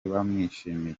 bamwishimiye